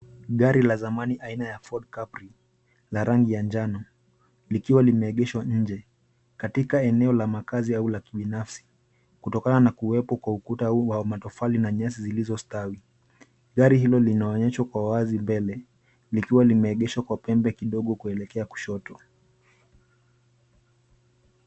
Gari la zamani aina ya Ford Capri, la rangi ya njano, likiwa limeegeshwa nje, katika eneo la makaazi au la kibinafsi, kutokana na kuwepo kwa ukuta wa matofali na nyasi zilizostawi. Gari hilo linaonyeshwa kwa wazi mbele, likiwa limeegeshwa kwa pembe kidogo kuelekea kushoto.